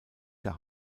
der